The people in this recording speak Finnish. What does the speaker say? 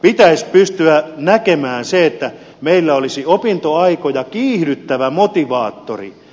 pitäisi pystyä näkemään se että meillä olisi opintoaikoja kiihdyttävä motivaattori